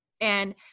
and-